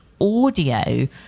audio